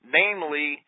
namely